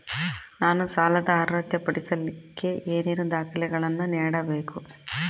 ನಾನು ಸಾಲದ ಅರ್ಹತೆ ಪಡಿಲಿಕ್ಕೆ ಏನೇನು ದಾಖಲೆಗಳನ್ನ ನೇಡಬೇಕು?